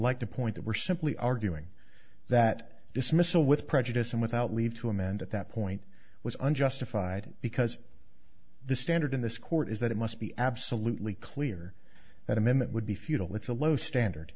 like to point that were simply arguing that dismissal with prejudice and without leave to amend at that point was unjustified because the standard in this court is that it must be absolutely clear that amendment would be futile it's a low standard